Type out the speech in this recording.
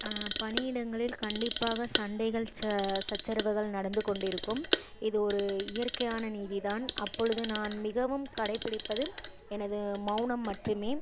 பணியிடங்களில் கண்டிப்பாக சண்டைகள் ச சச்சரவுகள் நடந்துக்கொண்டிருக்கும் இது ஒரு இயற்கையான நீதி தான் அப்பொழுது நான் மிகவும் கடைபிடிப்பதும் எனது மௌனம் மற்றுமே